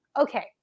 Okay